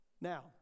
Now